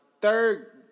Third